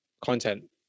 content